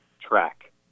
track